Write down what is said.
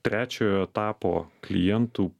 trečiojo etapo klientų